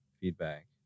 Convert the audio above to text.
feedback